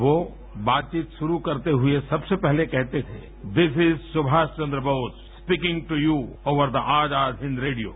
यो बातचीत शुरू करते हुए सबसे पहले कहते थे this is Subhash Chandra Bose speaking to you over the Azad Hind radio